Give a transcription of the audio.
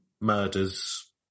murders